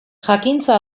jakintza